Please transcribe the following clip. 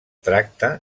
tracta